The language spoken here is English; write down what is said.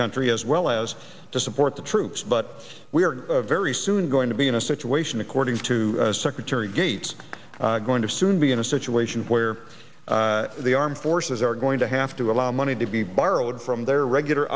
country as well as to support the troops but we are very soon going to be in a situation according to secretary gates going to soon be in situation where the armed forces are going to have to allow money to be borrowed from their regular